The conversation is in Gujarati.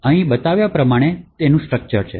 અહીં બતાવ્યા પ્રમાણે તેનું સ્ટ્રક્ચર છે